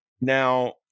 now